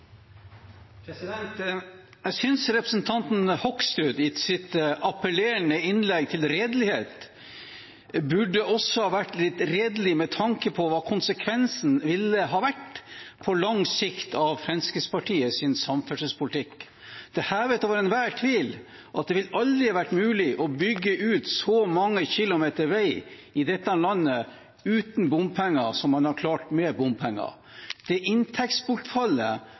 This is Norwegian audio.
Jeg synes representanten Hoksrud i sitt appellerende innlegg til redelighet også burde vært litt redelig med tanke på hva konsekvensen av Fremskrittspartiets samferdselspolitikk ville ha vært på lang sikt. Det er hevet over enhver tvil at det aldri ville vært mulig å bygge ut så mange kilometer vei i dette landet uten bompenger, som man har klart med bompenger. Det inntektsbortfallet